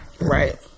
right